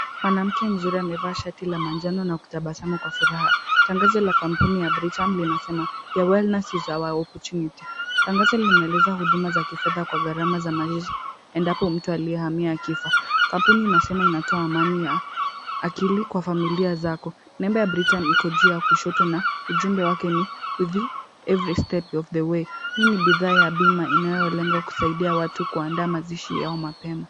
Mwanamke mzuri amevaa shati la manjano na kutabasamu kwa furaha. Tangazo la kampuni ya Britam linasema Your wellness is our opportunity . Tangazo linaeleza huduma za kifedha kwa gharama za mazishi endapo mtu aliyehamia akifa. Kampuni inasema inatoa amani ya akili kwa familia zako. Nembo ya Britam iko juu ya kushoto na ujumbe wake ni With you every step is the way . Hili ni bidhaa ya bima inayolenga kuwasaidia watu kuandaa mazishi yao mapema.